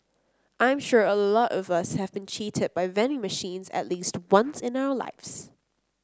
I'm sure a lot of us have been cheated by vending machines at least once in our lives